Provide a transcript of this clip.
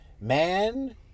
Man